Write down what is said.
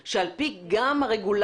הגענו למצב שאנחנו היום ב-70% גז